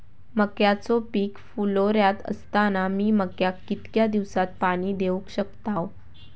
मक्याचो पीक फुलोऱ्यात असताना मी मक्याक कितक्या दिवसात पाणी देऊक शकताव?